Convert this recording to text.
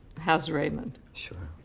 how's raymond? sure.